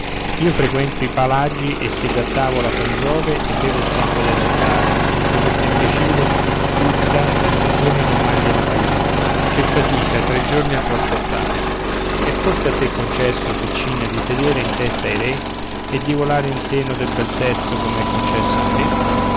io frequento i palagi e siedo a tavola con giove e bevo il sangue dell'altare mentre questa imbecille tisicuzza in tre giorni non mangia una pagliuzza che fatica tre giorni a trasportare è forse a te concesso piccina di sedere in testa ai re e di volar in seno del bel sesso com'è concesso a me